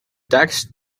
text